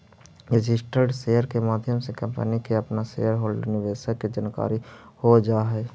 registered share के माध्यम से कंपनी के अपना शेयर होल्डर निवेशक के जानकारी हो जा हई